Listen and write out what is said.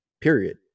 period